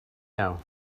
now